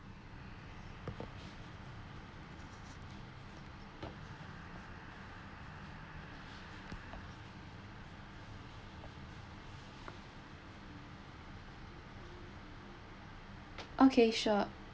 okay sure